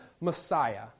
Messiah